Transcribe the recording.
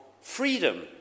freedom